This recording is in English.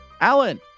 Alan